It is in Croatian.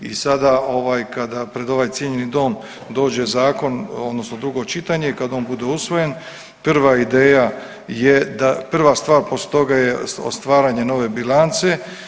I sad ovaj kada pred ovaj cijenjeni dom dođe zakon odnosno drugo čitanje i kada on bude usvojen prva ideja je da, prva stvar poslije toga je stvaranje nove bilance.